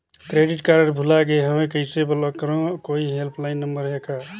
Credit card भुला गे हववं कइसे ब्लाक करव? कोई हेल्पलाइन नंबर हे का?